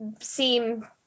seem